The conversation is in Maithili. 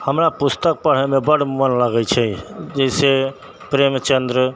हमरा पुस्तक पढ़य मे बड्ड मोन लगय छै जैसे प्रेमचंद्र